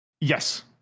Yes